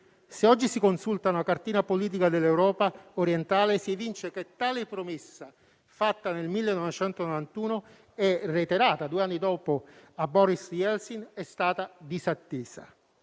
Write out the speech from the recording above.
Se oggi si consulta una cartina politica dell'Europa orientale, si evince che tale promessa, fatta nel 1991 e reiterata due anni dopo a Boris Eltsin, è stata disattesa.